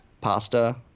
pasta